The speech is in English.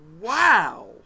Wow